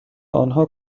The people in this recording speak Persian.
آنها